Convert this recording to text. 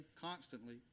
constantly